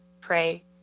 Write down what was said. pray